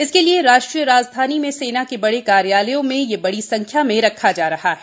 इस लिए राषद्रीय राजधानी में सेना के बडे कार्यालयों में यह बडी संखग्ना में रखा जा रहा है